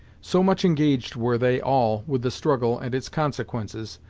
so much engaged were they all with the struggle and its consequences,